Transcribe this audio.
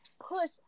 push